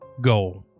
goal